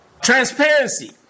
Transparency